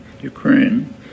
Ukraine